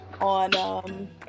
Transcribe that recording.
on